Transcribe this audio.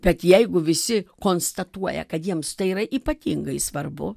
bet jeigu visi konstatuoja kad jiems tai yra ypatingai svarbu